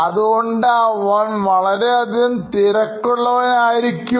അതുകൊണ്ട് അവൻ വളരെയധികം തിരക്കുള്ള വൻആയിരിക്കും